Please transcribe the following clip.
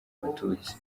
abatutsi